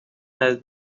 has